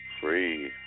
Free